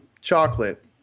chocolate